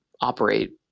operate